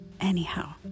Anyhow